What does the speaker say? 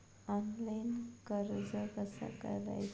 Online कर्ज कसा करायचा?